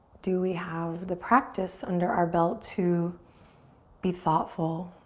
do we have the practice under our belt to be thoughtful?